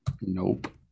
nope